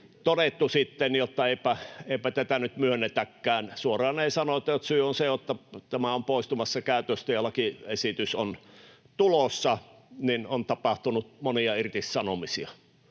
todettu sitten, että eipä tätä nyt myönnetäkään — suoraan ei sanota, että syy on se, että tämä on poistumassa käytöstä ja lakiesitys on tulossa — ja on tapahtunut monia irtisanomisia.